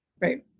Right